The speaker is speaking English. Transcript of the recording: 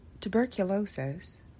Tuberculosis